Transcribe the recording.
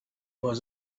was